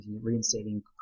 reinstating